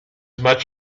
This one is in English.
much